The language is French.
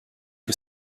que